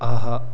ஆஹா